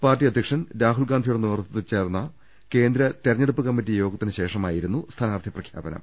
party അധ്യക്ഷൻ രാഹുൽ ഗാന്ധിയുടെ നേതൃത്വത്തിൽ ചേർന്ന കേന്ദ്ര തെരഞ്ഞെടുപ്പ് കമ്മറ്റി യോഗത്തിന് ശേഷമായിരുന്നു സ്ഥാനാർത്ഥി പ്രഖ്യാപനം